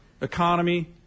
economy